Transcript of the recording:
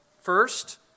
First